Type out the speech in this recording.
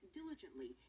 diligently